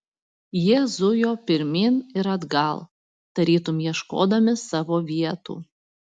jie zujo pirmyn ir atgal tarytum ieškodami savo vietų